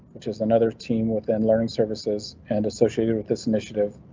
which is another team within learning services and associated with this initiative,